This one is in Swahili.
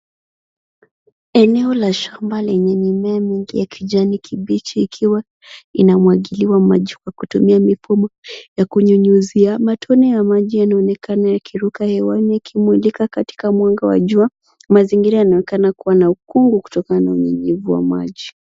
Eneo la shamba lenye mimea mingi ya kijani kibichi ikiwa inamwagiliwa maji kwa kutumia mifumo ya kunyunyuzia. Matone ya maji yanaonekana yakiruka hewani yakimulika katika mwanga wa jua. Mazingira yanaonekana kuwa na ukuu kutokana unyevu na wa maji.